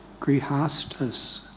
Grihastas